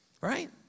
Right